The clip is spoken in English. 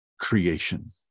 creation